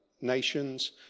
nations